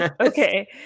Okay